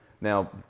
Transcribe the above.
Now